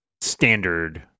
standard